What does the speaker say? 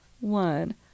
one